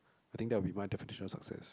I think that'll be my definition of success